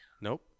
Nope